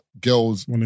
girls